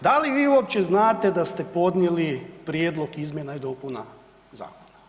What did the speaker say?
Da li vi uopće znate da ste podnijeli prijedlog izmjena i dopuna zakona?